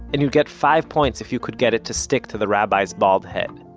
and you'd get five points if you could get it to stick to the rabbi's bald head.